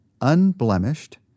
unblemished